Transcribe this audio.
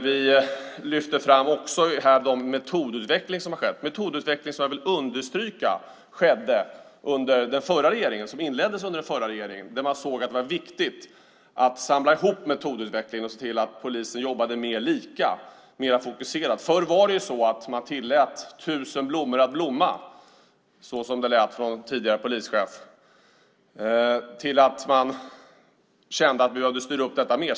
Vi lyfter även fram den metodutveckling som har skett, en metodutveckling som jag vill understryka inleddes under den förra regeringen. Man såg att det var viktigt att samla ihop metodutvecklingen och se till att polisen jobbar mer likartat och mer fokuserat. Förr var det så att man tillät tusen blommor att blomma, som det lät från en tidigare polischef, men man kände att man behövde styra upp detta mer.